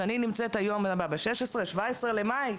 שאני נמצאת ב-17 במאי,